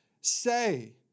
say